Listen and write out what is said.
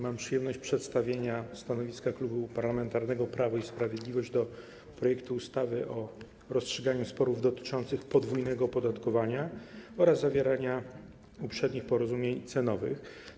Mam przyjemność przedstawić stanowisko Klubu Parlamentarnego Prawo i Sprawiedliwość wobec projektu ustawy o rozstrzyganiu sporów dotyczących podwójnego opodatkowania oraz zawieraniu uprzednich porozumień cenowych.